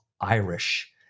Irish